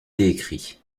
écrit